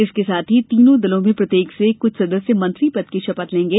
इसके साथ ही तीनों दलों में प्रत्येक से कुछ सदस्य मंत्री पद की शपथ लेंगे